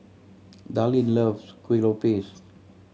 Darlene loves Kuih Lopes